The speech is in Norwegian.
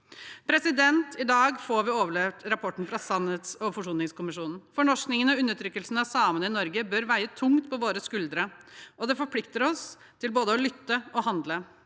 en skjerm. I dag får vi overlevert rapporten fra sannhets- og forsoningskommisjonen. Fornorskingen og undertrykkelsen av samene i Norge bør veie tungt på våre skuldre, og det forplikter oss til både å lytte og å handle.